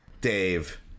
Dave